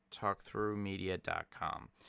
talkthroughmedia.com